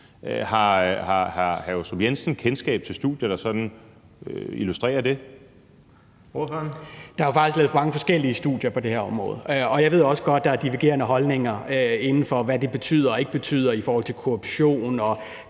Jensen (V): Der er jo faktisk lavet mange forskellige studier på det her område, og jeg ved også godt, at der er divergerende holdninger inden for, hvad det betyder og ikke betyder i forhold til korruption og